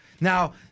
Now